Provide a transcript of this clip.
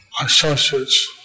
Associates